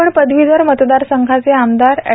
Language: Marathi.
कोकण पदवीधर मतदारसंघाचे आमदार एड